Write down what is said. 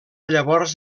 llavors